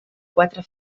quatre